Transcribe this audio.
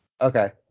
Okay